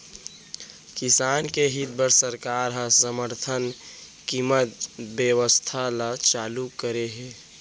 किसान के हित बर सरकार ह समरथन कीमत बेवस्था ल चालू करे हे